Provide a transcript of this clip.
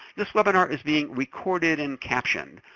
this webinar is being recorded and captioned.